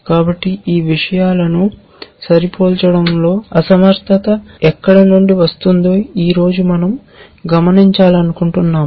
కాబట్టి ఈ విషయాలను సరిపోల్చడంలో అసమర్థత ఎక్కడ నుండి వస్తుందో ఈ రోజు మనం గమనించాలనుకుంటున్నాము